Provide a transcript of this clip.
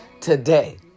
today